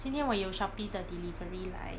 今天我有 shopee 的 delivery 来